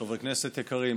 חברי כנסת יקרים,